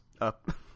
up